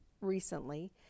recently